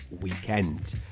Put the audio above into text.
weekend